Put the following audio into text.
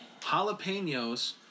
jalapenos